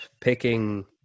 picking